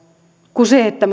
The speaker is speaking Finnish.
kuin se että